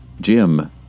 Jim